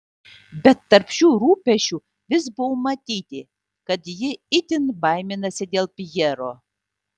bet tarp šių rūpesčių vis buvo matyti kad ji itin baiminasi dėl pjero